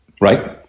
right